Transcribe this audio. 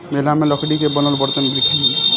मेला में लकड़ी के बनल बरतन देखनी